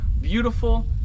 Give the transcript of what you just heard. beautiful